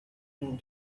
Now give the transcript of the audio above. thanked